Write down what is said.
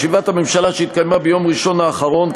בישיבת הממשלה שהתקיימה ביום ראשון האחרון,